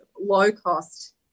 low-cost